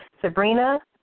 Sabrina